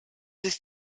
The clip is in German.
ist